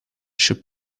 should